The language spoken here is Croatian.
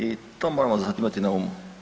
I to moramo imati na umu.